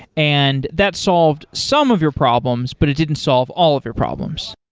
and that solved some of your problems, but it didn't solve all of your problems.